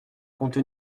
compte